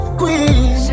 queen